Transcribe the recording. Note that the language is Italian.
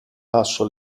passo